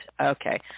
Okay